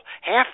half